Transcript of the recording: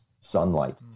sunlight